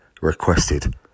requested